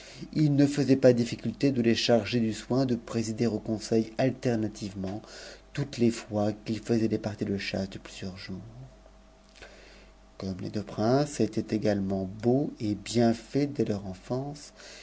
il m faisait pas difficulté de les charger du soin de présider au conseil alterna tivement toutes les fois qu'il faisait des parties de chasse de plusieurs jours comme les deux princes étaient également beaux et bien faits des leur enfance